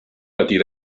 patir